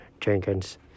Jenkins